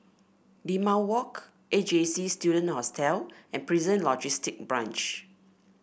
Limau Walk A J C Student Hostel and Prison Logistic Branch